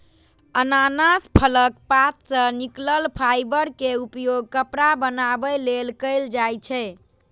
अनानास फलक पात सं निकलल फाइबर के उपयोग कपड़ा बनाबै लेल कैल जाइ छै